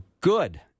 good